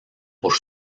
por